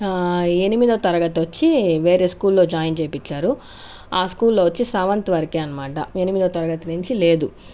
ఎనిమిదవ తరగతి వచ్చి వేరే స్కూల్లో జాయిన్ చేయించారు ఆ స్కూల్లో వచ్చి సెవెంత్ వరకే అన్నమాట ఎనిమిదవ తరగతి నుంచి లేదు